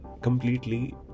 completely